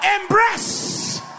embrace